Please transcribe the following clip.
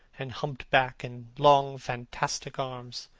and humped back, and long fantastic arms.